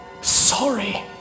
sorry